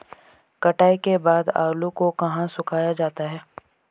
कटाई के बाद आलू को कहाँ सुखाया जाता है?